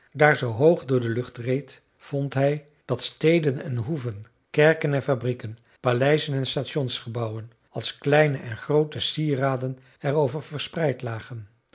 daar zoo hoog door de lucht reed vond hij dat steden en hoeven kerken en fabrieken paleizen en stationsgebouwen als kleine en groote sieraden er over verspreid lagen